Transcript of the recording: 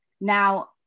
Now